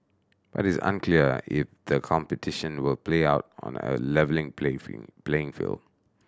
but it is unclear if the competition will play out on a leveling play fielding playing field